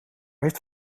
heeft